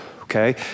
okay